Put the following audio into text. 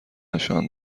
نشان